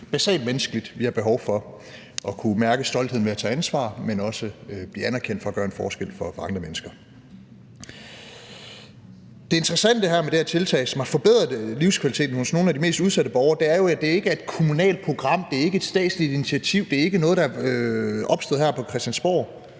basalt menneskeligt, som vi har behov for, altså at kunne mærke stoltheden ved at tage ansvar, men også blive anerkendt for at gøre en forskel for andre mennesker. Det interessante med det her tiltag, som har forbedret livskvaliteten for nogle af de mest udsatte borgere, er jo, at det ikke er et kommunalt program. Det er ikke et statsligt initiativ. Det er ikke noget, der er opstået her på Christiansborg.